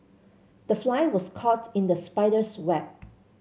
the fly was caught in the spider's web